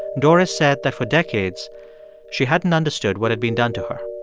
doris said that for decades she hadn't understood what had been done to her